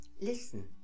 Listen